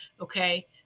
Okay